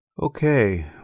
Okay